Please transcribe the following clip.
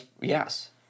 yes